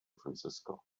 francisco